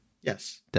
Yes